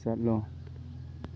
ꯆꯠꯂꯣ